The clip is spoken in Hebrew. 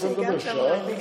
גם מיכל